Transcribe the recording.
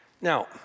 Now